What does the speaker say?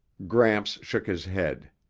gramps shook his head.